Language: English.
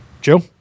Joe